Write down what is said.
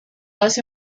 hace